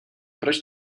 proč